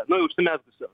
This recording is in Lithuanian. nu užsimezgusio